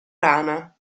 rana